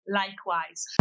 likewise